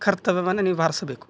ಕರ್ತವ್ಯವನ್ನು ನಿಭಾಯಿಸ್ಬೇಕು